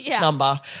number